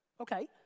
Okay